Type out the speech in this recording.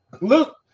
Look